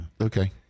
Okay